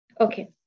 Okay